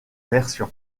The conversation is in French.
version